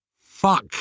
Fuck